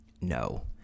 No